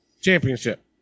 championship